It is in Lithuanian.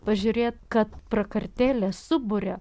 pažiūrėt kad prakartėlės suburia